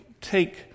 take